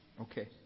okay